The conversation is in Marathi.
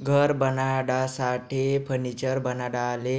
घर बनाडासाठे, फर्निचर बनाडाले